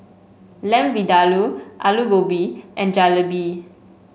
Lamb Vindaloo Alu Gobi and Jalebi